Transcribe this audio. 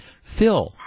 Phil